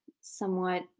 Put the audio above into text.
somewhat